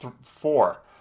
Four